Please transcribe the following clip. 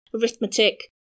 arithmetic